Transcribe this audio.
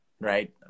right